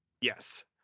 yes